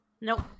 Nope